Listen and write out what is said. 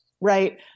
Right